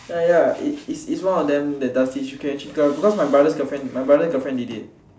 ya ya its is is one of them that does this you can actually because my brother girlfriend my brother's girlfriend did it